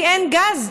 כי אין גז,